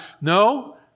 No